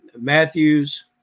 matthews